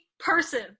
person